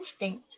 instinct